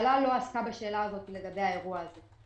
הממשלה לא עסקה בשאלה הזו לגבי האירוע הזה.